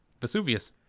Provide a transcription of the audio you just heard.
Vesuvius